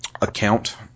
account